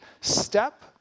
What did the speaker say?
step